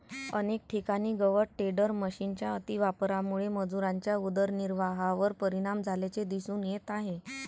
अनेक ठिकाणी गवत टेडर मशिनच्या अतिवापरामुळे मजुरांच्या उदरनिर्वाहावर परिणाम झाल्याचे दिसून येत आहे